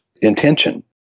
intention